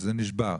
וזה נשבר,